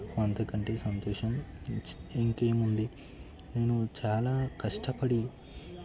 అంతకంటే సంతోషం ఇంకేముంది నేను చాలా కష్టపడి